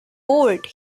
board